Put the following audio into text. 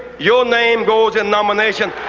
your name goes in nomination.